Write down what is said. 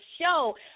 show